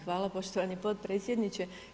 Hvala poštovani potpredsjedniče.